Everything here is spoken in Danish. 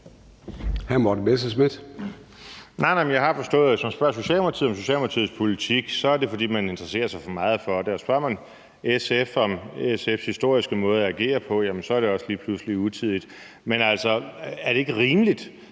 jeg har forstået, at hvis man spørger Socialdemokratiet om Socialdemokratiets politik, er det, fordi man interesserer sig for meget for det, og spørger man SF om SF's historiske måde at agere på, er det også lige pludselig utidigt. Men er det ikke rimeligt,